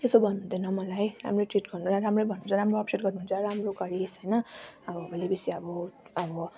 त्यसो भन्नु हुँदैन राम्रै ट्रिट गर्नु हुन्छ राम्रै भन्नु हुन्छ राम्रो एप्रिसिएट गर्नु हुन्छ राम्रो गरिस् होइन अब भोलि पर्सि अब केही